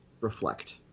Reflect